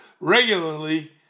regularly